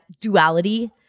duality